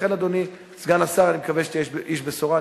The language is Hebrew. לכן, אדוני סגן השר, אני מקווה שתהיה איש בשורה.